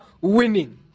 winning